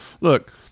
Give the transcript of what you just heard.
look